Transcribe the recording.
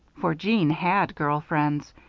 for jeanne had girl friends!